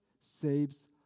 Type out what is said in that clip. saves